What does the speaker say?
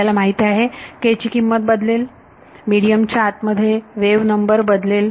आपणाला माहित आहे k ची किंमत बदलेल मिडीयम च्या आत मध्ये वेव्ह नंबर बदलेल